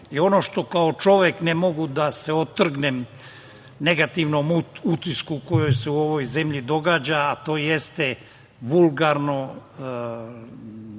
čemu kao čovek ne mogu da se otrgnem negativnom utisku koji se u ovoj zemlji događa, to je vulgarno